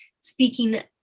speaking